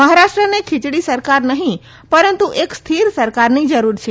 મહારાષ્ટ્રને ખીચડી સરકાર નહી પરંતુ એક સ્થિર સરકારની જરૂર છે